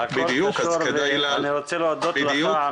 אני רוצה להודות לך,